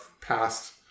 past